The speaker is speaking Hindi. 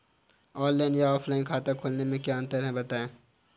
ऑनलाइन या ऑफलाइन खाता खोलने में क्या अंतर है बताएँ?